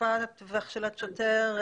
תקיפה והכשלת שוטר,